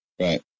Right